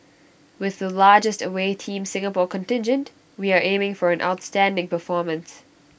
with the largest away Team Singapore contingent we are aiming for an outstanding performance